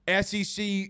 SEC